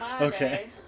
Okay